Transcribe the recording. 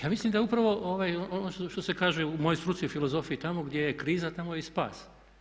Ja mislim da je upravo ono što se kaže u mojoj struci, filozofiji tamo gdje je kriza tamo je i spas.